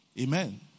Amen